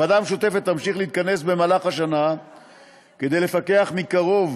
הוועדה המשותפת תמשיך להתכנס במהלך השנה כדי לפקח מקרוב